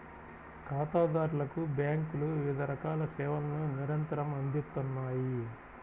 ఖాతాదారులకు బ్యేంకులు వివిధ రకాల సేవలను నిరంతరం అందిత్తన్నాయి